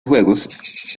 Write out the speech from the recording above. juegos